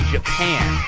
Japan